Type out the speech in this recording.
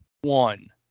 one